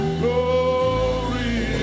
glory